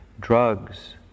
drugs